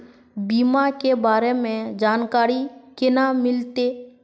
बीमा के बारे में जानकारी केना मिलते?